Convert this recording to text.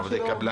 עובדי קבלן.